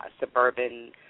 Suburban